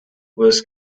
was